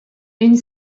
une